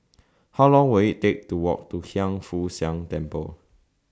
How Long Will IT Take to Walk to Hiang Foo Siang Temple